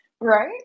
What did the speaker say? Right